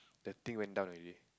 the thing went down already